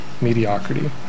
mediocrity